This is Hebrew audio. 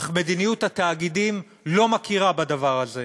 אך מדיניות התאגידים לא מכירה בדבר הזה.